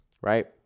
right